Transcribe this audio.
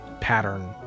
pattern